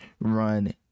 run